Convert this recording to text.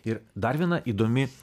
ir dar viena įdomi